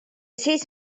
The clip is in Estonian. siis